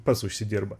pats užsidirba